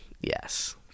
yes